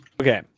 Okay